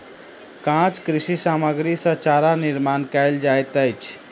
काँच कृषि सामग्री सॅ चारा निर्माण कयल जाइत अछि